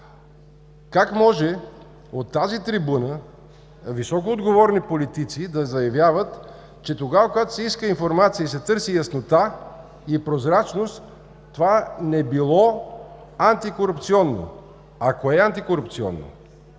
Как може от тази трибуна високоотговорни политици да заявяват, че тогава, когато се иска информация и се търси яснота и прозрачност, това не било антикорупционно. А кое е антикорупционно?